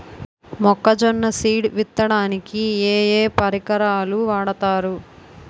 మొక్కజొన్న సీడ్ విత్తడానికి ఏ ఏ పరికరాలు వాడతారు?